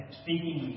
speaking